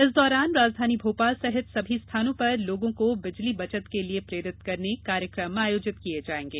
इस दौरान राजधानी भोपाल सहित सभी स्थानों पर लोगों को बिजली बचत के लिये प्रेरित करने कार्यक्रम आयोजित किये जायेंगे